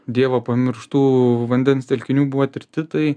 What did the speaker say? dievo pamirštų vandens telkinių buvo tirti tai